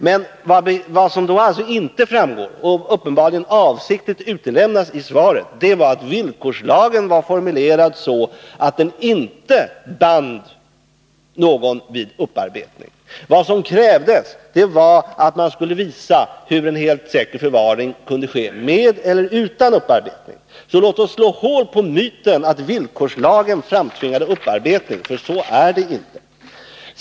Men vad som då inte framgår och som uppenbarligen avsiktligt utelämnas i svaret, det är att villkorslagen var formulerad så att den inte band någon vid upparbetning. Vad som krävdes var att man skulle visa hur en helt säker förvaring kunde ske, med eller utan upparbetning. Låt oss slå hål på myten att villkorslagen framtvingade upparbetning, för så är det inte!